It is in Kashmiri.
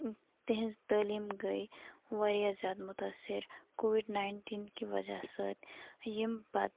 تہنٛز تعلیم گٔے واریاہ زیادٕ مُتٲثر کووِڑ ناینٹیٖن کہِ وجہہ سۭتۍ یِم پَتہٕ